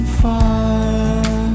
fire